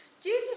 Jesus